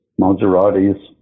Maseratis